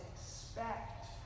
expect